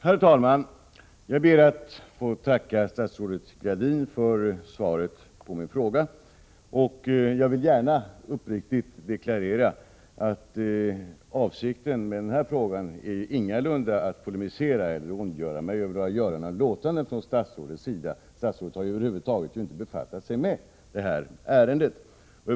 Herr talman! Jag ber att få tacka statsrådet Gradin för svaret på min fråga. Jag vill gärna uppriktigt deklarera att avsikten med den här frågan ingalunda är att polemisera mot eller ondgöra mig över göranden eller låtanden från statsrådets sida. Statsrådet har ju över huvud taget inte befattat sig med det här ärendet.